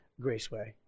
Graceway